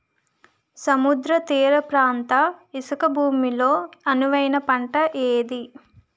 సముద్ర తీర ప్రాంత ఇసుక భూమి లో అనువైన పంట ఏది?